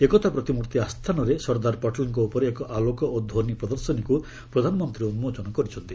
ଏକତା ପ୍ରତିମୂର୍ତ୍ତି ଆସ୍ଥାନରେ ସର୍ଦ୍ଦାର ପଟେଲ୍ଙ୍କ ଉପରେ ଏକ ଆଲୋକ ଓ ଧ୍ୱନି ପ୍ରଦର୍ଶନୀକୁ ପ୍ରଧାନମନ୍ତ୍ରୀ ଉନ୍କୋଚନ କରିଛନ୍ତି